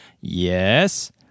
Yes